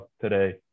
today